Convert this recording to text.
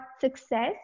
success